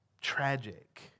Tragic